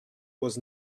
was